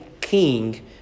king